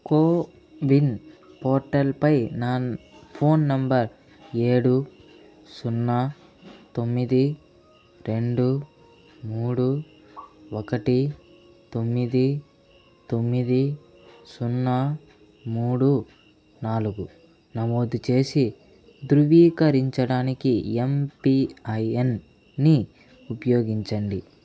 కో win పోర్టల్పై నా phone number ఏడు సున్నా తొమ్మిది రెండు మూడు ఒకటి తొమ్మిది తొమ్మిది సున్నా మూడు నాలుగు నమోదు చేసి ధృవీకరించడానికి ఎమ్పిఐఎన్ని ఉపయోగించండి